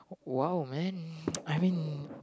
!wow! man I mean